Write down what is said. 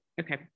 okay